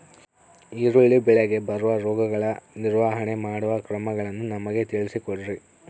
ಈರುಳ್ಳಿ ಬೆಳೆಗೆ ಬರುವ ರೋಗಗಳ ನಿರ್ವಹಣೆ ಮಾಡುವ ಕ್ರಮಗಳನ್ನು ನಮಗೆ ತಿಳಿಸಿ ಕೊಡ್ರಿ?